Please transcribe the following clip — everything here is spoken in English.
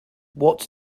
what